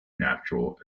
natural